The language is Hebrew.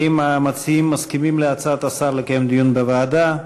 האם המציעים מסכימים להצעת השר לקיים דיון בוועדה?